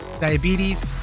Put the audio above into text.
diabetes